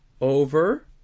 over